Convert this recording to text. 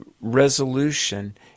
resolution